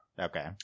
Okay